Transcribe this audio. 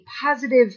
positive